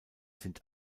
sind